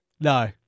No